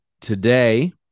today